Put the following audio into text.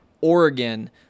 Oregon